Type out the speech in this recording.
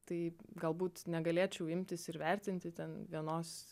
tai galbūt negalėčiau imtis ir vertinti ten vienos